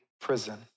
prison